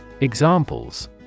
Examples